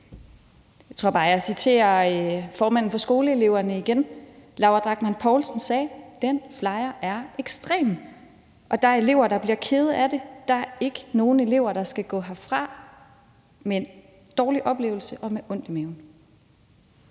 jeg citerer formanden for skoleeleverne igen. Laura Drachmann Poulsen sagde: Den flyer er ekstrem, og der er elever, der bliver kede af det; der er ikke nogen elever, der skal gå herfra med en dårlig oplevelse og med ondt i maven.